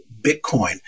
Bitcoin